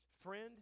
Friend